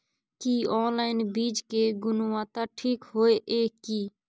की online बीज के गुणवत्ता ठीक होय ये की?